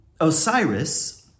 Osiris